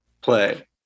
play